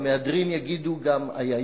המהדרין יגידו גם: אי,